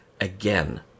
again